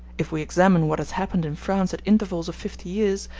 if we examine what has happened in france at intervals of fifty years,